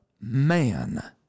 man